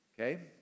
Okay